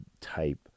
type